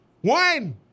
One